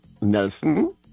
nelson